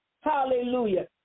Hallelujah